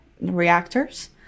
reactors